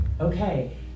okay